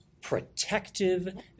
protective